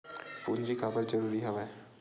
पूंजी काबर जरूरी हवय?